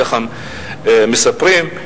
כך מספרים,